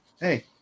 hey